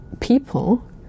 people